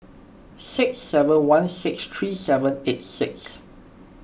six seven one six three seven eight six